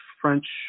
French